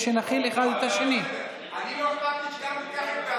והתקנות מאושרות על ידי היועצים המשפטיים.